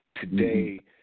today